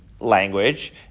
language